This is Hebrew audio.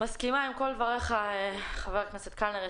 מסכימה עם כל דבריך, חבר הכנסת קלנר.